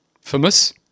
famous